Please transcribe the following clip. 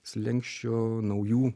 slenksčio naujų